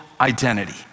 identity